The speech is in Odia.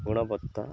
ଗୁଣବତ୍ତା